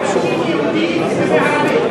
להאיץ את הטיפול בעניין של